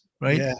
right